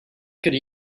could